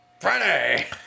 Friday